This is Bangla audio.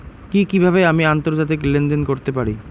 কি কিভাবে আমি আন্তর্জাতিক লেনদেন করতে পারি?